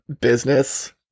business